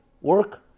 work